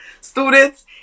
students